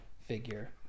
figure